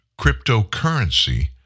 cryptocurrency